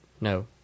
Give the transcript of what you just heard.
No